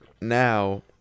now